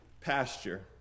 pasture